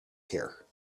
here